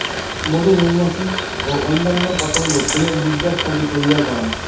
মধু মৌমাছি ও অইন্যান্য পতঙ্গ ফুলের নির্যাস থাকি তৈয়ার করাং